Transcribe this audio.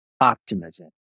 optimism